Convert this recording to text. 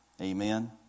Amen